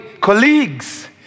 colleagues